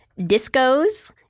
Discos